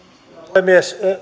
puhemies